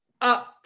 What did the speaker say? up